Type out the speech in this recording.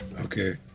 Okay